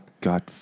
God